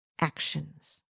actions